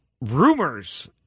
rumors